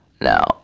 Now